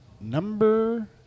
number